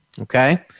Okay